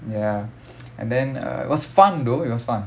ya and then uh it was fun though it was fun